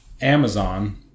Amazon